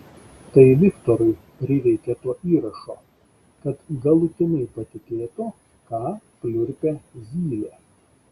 tai viktorui prireikė to įrašo kad galutinai patikėtų ką pliurpia zylė